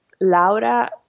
Laura